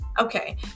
Okay